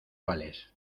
vales